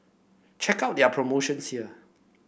check out their promotion here